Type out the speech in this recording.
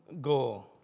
goal